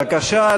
בבקשה,